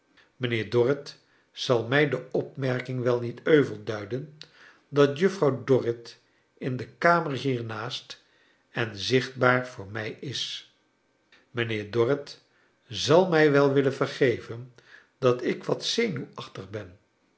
mijnlieer dorrit zal mij de opmerking wel niet euvel duiden dat juffrouw dorrit in de kamer hiernaast en zichtbaar voor mij is mijnheer dorrit zal mij wel willen vergeven dat ik wat zenuwachtig ben